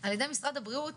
על ידי משרד הבריאות